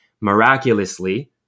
miraculously